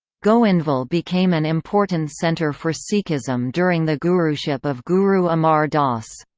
goindval became an important centre for sikhism during the guruship of guru amar das.